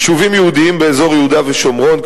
יישובים יהודיים באזור יהודה ושומרון,